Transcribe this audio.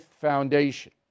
Foundation